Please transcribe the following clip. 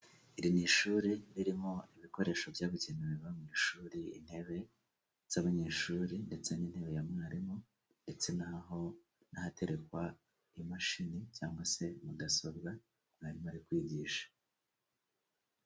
Iri ni ishuri ririmo ibikoresho byabugenewe biba mu ishuri: intebe z'abanyeshuri ndetse n'intebe ya mwarimu, ndetse n'ahaterekwa imashini cyangwa se mudasobwa mwarimu ari kwigisha.